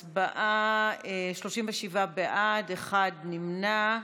הצבעה: 37 בעד, אחד נמנע.